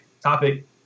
topic